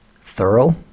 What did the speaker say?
thorough